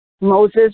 Moses